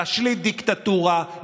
להשליט דיקטטורה,